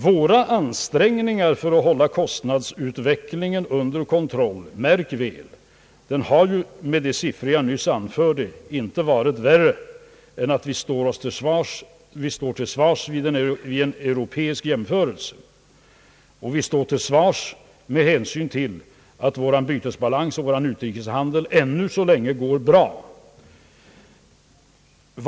Märk väl att kostnadsutvecklingen med de siffror jag anförde inte har varit värre än att vi står oss väl vid en europeisk jämförelse och med hänsyn till att vår bytesbalans och vår utrikeshandel ännu så länge är bra.